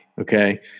Okay